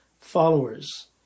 followers